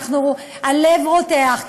הלב רותח,